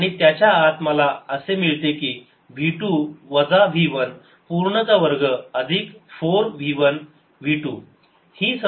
आणि त्याच्या आत मला असे मिळते की v 2 वजा v 1 पूर्ण चा वर्ग अधिक 4 v 1 v 2